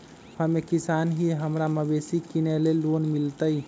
हम एक किसान हिए हमरा मवेसी किनैले लोन मिलतै?